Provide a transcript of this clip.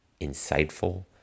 insightful